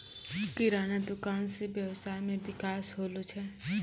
किराना दुकान से वेवसाय मे विकास होलो छै